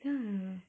ya